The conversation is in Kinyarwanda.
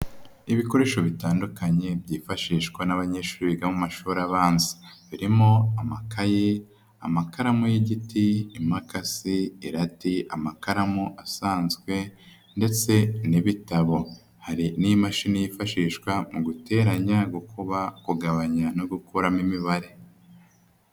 Ibikoresho bitandukanye byifashishwa n'abanyeshuri biga mu mashuri abanza. Birimo: amakaye, amakaramu y'igiti, imakasi, irati, amakaramu asanzwe ndetse n'ibitabo. Hari n'imashini yifashishwa mu guteranya, gukuba, kugabanya no gukuramo imibare.